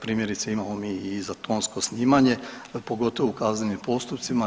Primjerice imamo mi i za tonsko snimanje pogotovo u kaznenim postupcima.